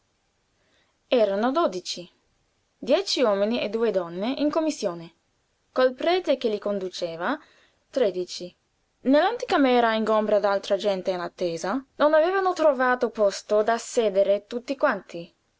erano dodici dieci uomini e due donne in commissione col prete che li conduceva tredici nell'anticamera ingombra d'altra gente in attesa non avevano trovato posto da sedere tutti quanti